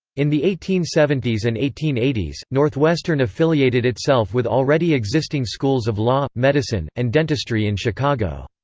in the eighteen seventy s and eighteen eighty s, northwestern affiliated itself with already existing schools of law, medicine, and dentistry in chicago.